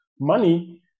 money